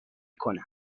کنم